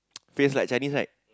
face like Chinese right